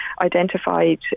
identified